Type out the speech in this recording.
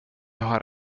har